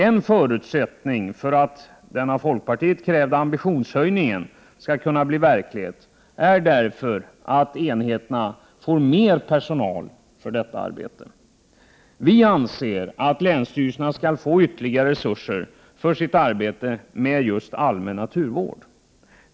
En förutsättning för att den av folkpartiet krävda ambitionshöjningen kan förverkligas är därför att enheterna får mer personal för detta arbete. Vi anser att länsstyrelserna skall få ytterligare resurser för sitt arbete med just allmän naturvård.